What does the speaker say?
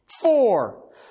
Four